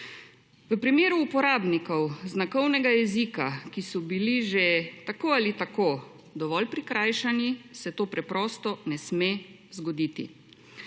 V primeru uporabnikov znakovnega jezika, ki so bili že tako ali tako dovolj prikrajšani, se to preprosto ne sme zgoditi.